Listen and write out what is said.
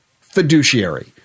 fiduciary